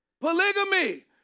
Polygamy